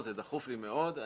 זה דחוף לי מאוד,